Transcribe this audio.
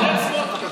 בצלאל סמוטריץ'.